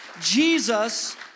Jesus